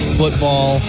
football